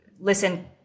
listen